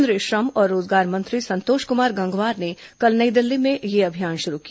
केंद्रीय श्रम और रोजगार मंत्री संतोष कुमार गंगवार ने कल नई दिल्ली में यह अभियान शुरू किया